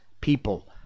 people